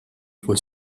jkun